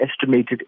estimated